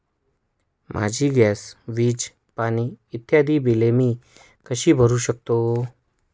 माझी गॅस, वीज, पाणी इत्यादि बिले मी कशी भरु शकतो?